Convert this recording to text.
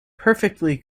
perfectly